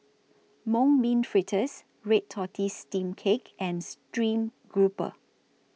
Mung Bean Fritters Red Tortoise Steamed Cake and Stream Grouper